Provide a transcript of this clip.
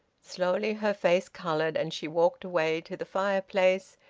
slowly her face coloured, and she walked away to the fireplace,